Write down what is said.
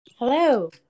Hello